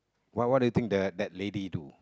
what what do you think the that lady do